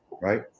right